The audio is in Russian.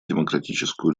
демократическую